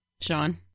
Sean